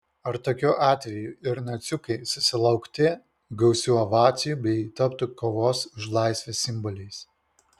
ar tokiu atveju ir naciukai susilaukti gausių ovacijų bei taptų kovos už laisvę simboliais